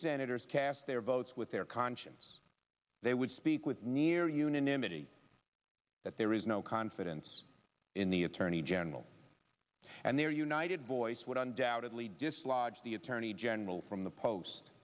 senators cast their votes with their conscience they would speak with near unanimity amitie that there is no confidence in the attorney general and their united voice would undoubtedly dislodge the attorney general from the post